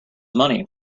money